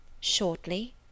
Shortly